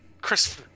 Chris